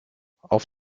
auf